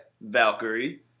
Valkyrie